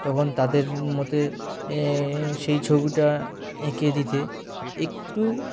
তখন তাদের মতে সেই ছবিটা এঁকে দিতে একটু